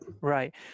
right